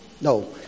No